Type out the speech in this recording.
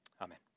Amen